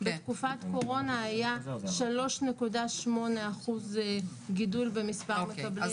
בתקופת קורונה היה 3.8% גידול במספר מקבלים.